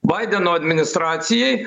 baideno administracijai